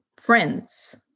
friends